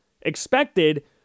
expected